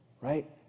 right